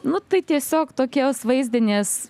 nu tai tiesiog tokios vaizdinės